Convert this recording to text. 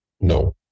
No